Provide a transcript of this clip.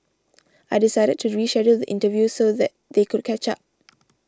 I decided to reschedule the interview so that they could catch up